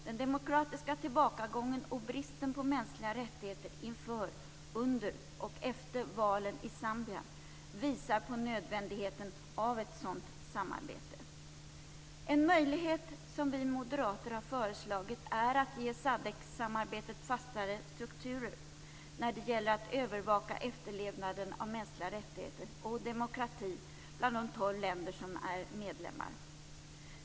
Den demokratiska tillbakagången och bristen på mänskliga rättigheter inför, under och efter valen i Zambia visar på nödvändigheten av ett sådant samarbete. En möjlighet som vi moderater har föreslagit är att ge SADC-samarbetet fastare strukturer när det gäller att övervaka efterlevnaden av mänskliga rättigheter och demokrati i de tolv länder som är medlemmar.